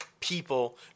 People